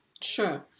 Sure